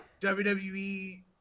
WWE